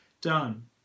done